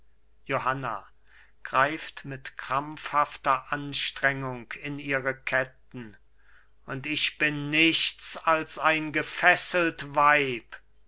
johanna greift mit krampfhafter anstrengung in ihre ketten und ich bin nichts als ein gefesselt weib